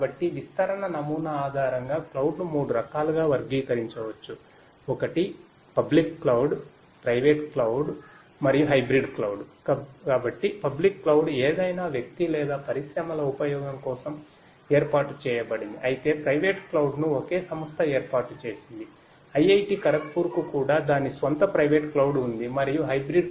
కాబట్టి విస్తరణ నమూనా ఆధారంగా క్లౌడ్